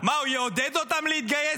מה, הוא יעודד אותם להתגייס?